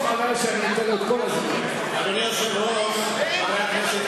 אדוני היושב-ראש, חברי הכנסת,